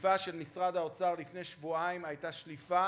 והשליפה של משרד האוצר לפני שבועיים הייתה שליפה